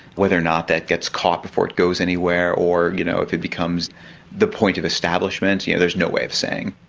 whether or not that gets caught before it goes anywhere or you know if it becomes the point of establishment, yeah there is no way of saying.